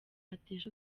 atesha